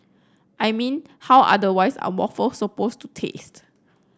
I mean how otherwise are waffles supposed to taste